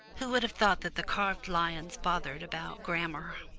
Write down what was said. who would have thought that the carved lions bothered about grammar!